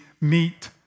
meet